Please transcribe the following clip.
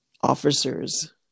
officers